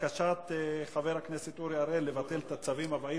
בקשת חבר הכנסת אורי אריאל לבטל את הצווים הבאים,